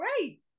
great